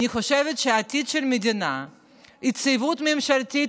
אני חושבת שהעתיד של המדינה ויציבות ממשלתית